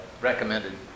recommended